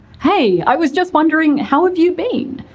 hey! i was just wondering, how have you been?